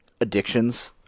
addictions